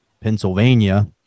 Pennsylvania